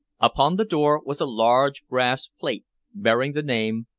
upon the door was a large brass plate bearing the name,